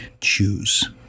choose